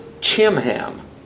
Chimham